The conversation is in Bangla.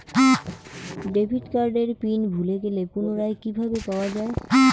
ডেবিট কার্ডের পিন ভুলে গেলে পুনরায় কিভাবে পাওয়া য়ায়?